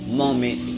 moment